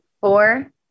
Four